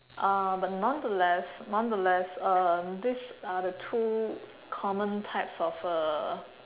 uh but nonetheless nonetheless uh these are the two common types of uh